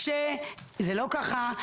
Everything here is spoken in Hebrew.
שזה לא ככה,